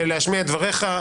ולהשמיע דבריך.